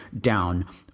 down